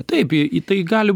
taip į į tai gali